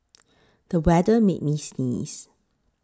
the weather made me sneeze